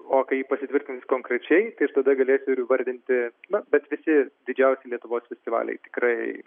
o kai pasitvirtins konkrečiai tai aš tada galėsiu įvardinti na bet visi didžiausi lietuvos festivaliai tikrai